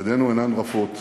ידינו אינן רפות.